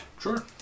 Sure